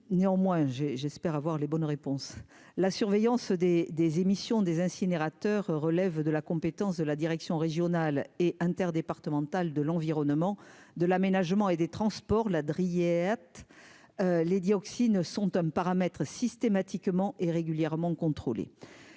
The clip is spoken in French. néanmoins j'ai j'espère avoir les bonnes réponses, la surveillance des des émissions des incinérateurs, relève de la compétence de la direction régionale et interdépartementale de l'environnement, de l'Aménagement et des Transports là de rillettes, les dioxines sont un paramètre systématiquement et régulièrement contrôlées